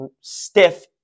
stiff